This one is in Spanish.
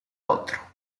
otro